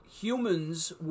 humans